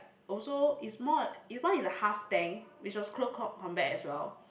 also it's more this one is a half tank which was close called combat as well